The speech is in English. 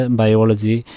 biology